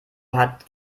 hat